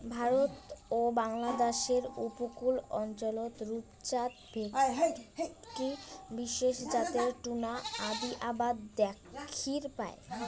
ভারত ও বাংলাদ্যাশের উপকূল অঞ্চলত রূপচাঁদ, ভেটকি বিশেষ জাতের টুনা আদি আবাদ দ্যাখির পাই